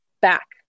back